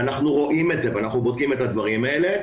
ואנחנו רואים את זה ואנחנו בודקים את הדברים האלה.